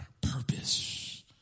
purpose